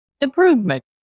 improvement